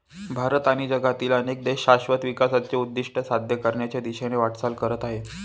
भारत आणि जगातील अनेक देश शाश्वत विकासाचे उद्दिष्ट साध्य करण्याच्या दिशेने वाटचाल करत आहेत